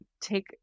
take